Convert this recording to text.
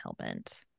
Hellbent